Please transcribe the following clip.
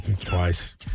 Twice